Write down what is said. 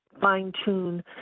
fine-tune